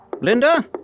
Linda